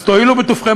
אז תואילו בטובכם,